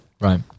Right